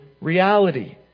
reality